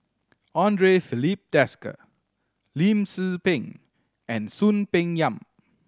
Andre Filipe Desker Lim Tze Peng and Soon Peng Yam